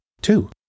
Two